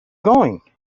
going